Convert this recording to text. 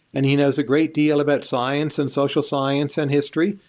and he knows a great deal about science and social science and history.